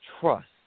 trust